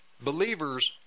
believers